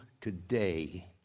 today